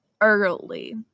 early